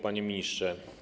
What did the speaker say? Panie Ministrze!